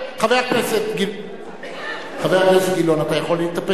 חבר הכנסת גילאון, אתה יכול להתאפק?